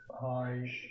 hi